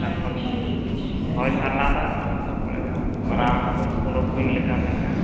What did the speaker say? ᱪᱮᱛᱟᱱ ᱠᱷᱚᱱ ᱦᱚᱭ ᱡᱷᱟᱨᱱᱟ ᱫᱟᱜ ᱚᱸᱰᱮᱫᱚ ᱢᱟᱨᱟᱝ ᱚᱠᱚᱡ ᱠᱩᱸᱰᱚ ᱠᱩᱧᱞᱮᱠᱟ ᱢᱮᱱᱟᱜᱼᱟ